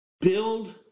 Build